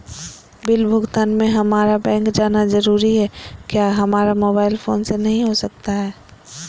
Bill भुगतान में हम्मारा बैंक जाना जरूर है क्या हमारा मोबाइल फोन से नहीं हो सकता है?